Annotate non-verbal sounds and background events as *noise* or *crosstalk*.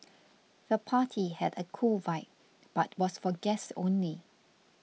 *noise* the party had a cool vibe but was for guests only